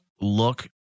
look